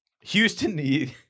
Houston